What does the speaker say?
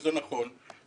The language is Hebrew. וזה נכון,